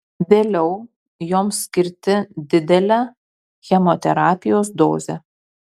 vėliau joms skirti didelę chemoterapijos dozę